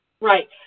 Right